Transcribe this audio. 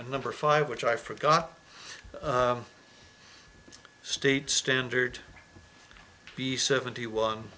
and number five which i forgot the state standard be seventy one